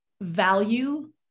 value